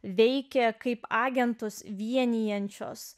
veikia kaip agentus vienijančios